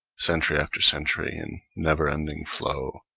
century after century, in never-ending flow,